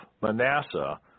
Manasseh